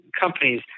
companies